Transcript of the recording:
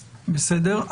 בסדר.